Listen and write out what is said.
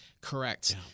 Correct